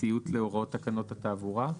הציות להוראות תקנות התעבורה.